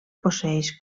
posseeix